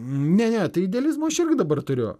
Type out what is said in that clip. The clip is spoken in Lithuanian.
ne ne tai idealizmo aš irgi dabar turiu